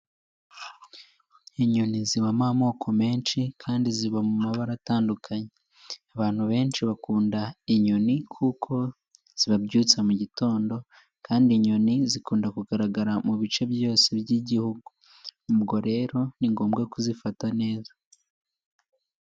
Inyoni zibamo amoko menshi kandi ziba mu mabara atandukanye, abantu benshi bakunda inyoni kuko zibabyutsa mu mugitondo, kandi inyoni zikunda kugaragara mu bice byose by'igihugu, ubwo rero ni ngombwa kuzifata neza.